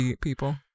people